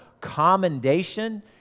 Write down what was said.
commendation